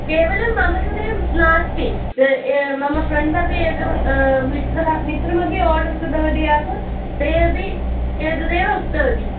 केवलं मम कृते एवं नास्ति मम फ़्रेण्ड् अपि एकः मित्रः मित्रःअपि आर्डर् कृतवती आसम् ते अपि एतदेव उक्तवती